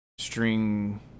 string